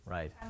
Right